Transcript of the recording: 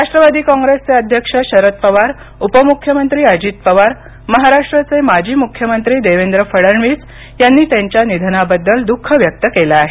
राष्ट्रवादी काँग्रेसचे अध्यक्ष शरद पवार उपमुख्यमंत्री अजित पवार महाराष्ट्राचे माजी मुख्यमंत्री देवेंद्र फडणवीस यांनी त्यांच्या निधनाबद्दल दुःख व्यक्त केलं आहे